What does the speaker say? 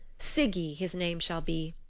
sigi his name shall be.